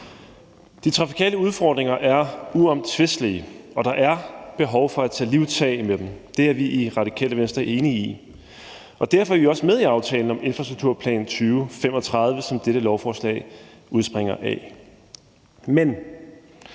De trafikale udfordringer er uomtvistelige, og der er behov for at tage livtag med dem. Det er vi i Radikale Venstre enige i. Derfor er vi også med i aftalen om »Infrastrukturplan 2035«, som dette lovforslag udspringer af. Men,